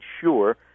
sure